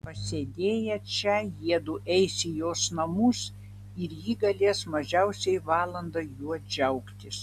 pasėdėję čia jiedu eis į jos namus ir ji galės mažiausiai valandą juo džiaugtis